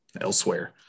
elsewhere